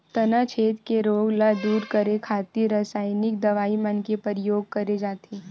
तनाछेद के रोग ल दूर करे खातिर रसाइनिक दवई मन के परियोग करे जाथे